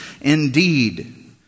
indeed